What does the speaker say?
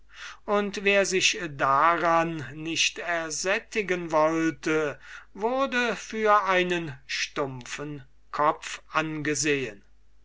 und wer sich daran nicht ersättigen wollte wurde für einen stumpfen kopf angesehen